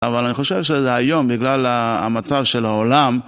אבל אני חושב שזה היום, בגלל המצב של העולם...